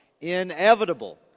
Inevitable